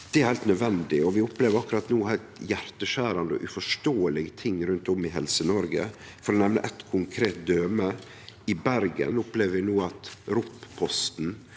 Det er heilt nødvendig. Vi opplever akkurat no heilt hjarteskjerande og uforståelege ting rundt om i Helse-Noreg. For å nemne eit konkret døme: I Bergen opplever vi no at ROPposten